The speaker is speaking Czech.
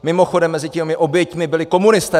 Mimochodem, mezi těmi oběťmi byli taky komunisté!